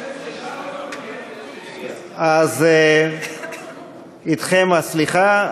אז אתכם הסליחה.